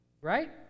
Right